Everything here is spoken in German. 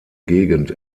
gegend